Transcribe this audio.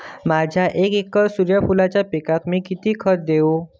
माझ्या एक एकर सूर्यफुलाच्या पिकाक मी किती खत देवू?